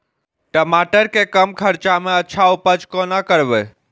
टमाटर के कम खर्चा में अच्छा उपज कोना करबे?